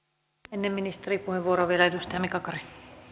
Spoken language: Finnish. ennen ministerin puheenvuoroa vielä edustaja mika kari